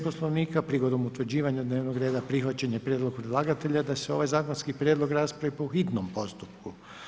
Poslovnika prigodom utvrđenja dnevnog reda prihvaćen je prijedlog predlagatelja da se ovaj zakonski prijedlog raspravi po hitnom postupku.